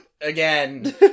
again